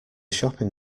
shopping